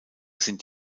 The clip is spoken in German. sind